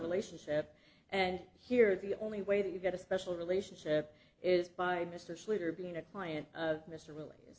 relationship and here the only way that you get a special relationship is by mr slater being a client mr really